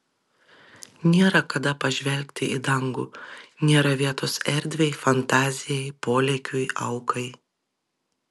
nėra kada pažvelgti į dangų nėra vietos erdvei fantazijai polėkiui aukai